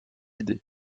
idée